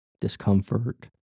discomfort